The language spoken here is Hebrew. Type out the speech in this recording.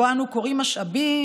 שבו אנו כורים משאבים,